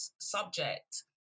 subject